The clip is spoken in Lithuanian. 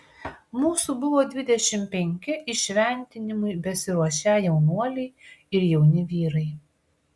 mūsų buvo dvidešimt penki įšventinimui besiruošią jaunuoliai ir jauni vyrai